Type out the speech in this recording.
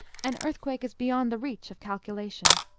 an earthquake is beyond the reach of calculation.